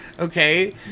Okay